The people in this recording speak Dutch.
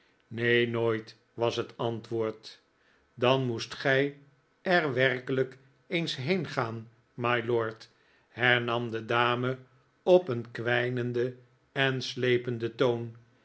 neen nooit was het antwoord dan moest gij er werkelijk eens heengaan mylord hernam de dame op een kwijnenden en slependen toon